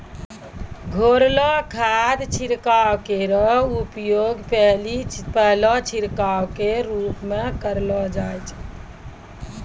घोललो खाद छिड़काव केरो उपयोग पहलो छिड़काव क रूप म करलो जाय छै